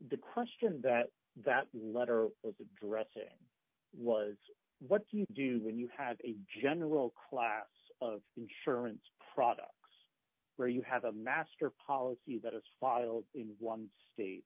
the question that that the letter was addressing was what do you do when you have a general class of insurance products where you have a master policy that is filed in one state